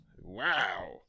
Wow